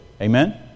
Amen